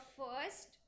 first